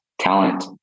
talent